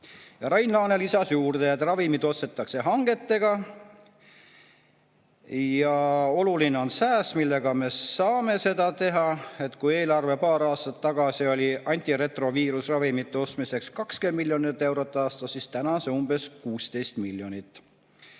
Rain Laane lisas juurde, et ravimeid ostetakse hangetega ja oluline on sääst, millega me saame seda teha. Kui eelarve paar aastat tagasi oli antiretroviirusravimite ostmiseks 20 miljonit eurot aastas, siis nüüd on see summa umbes 16 miljonit.